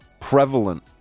prevalent